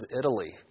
Italy